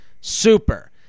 super